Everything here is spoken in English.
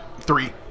Three